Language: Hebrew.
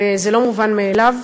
וזה לא מובן מאליו,